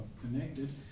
connected